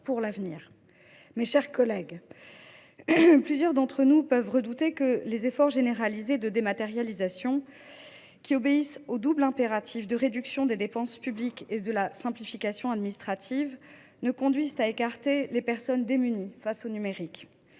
Mes chers collègues, plusieurs d’entre nous peuvent redouter que les efforts généralisés de dématérialisation, qui obéissent au double impératif de réduction des dépenses publiques et de simplification administrative, ne conduisent à écarter les personnes démunies face au numérique.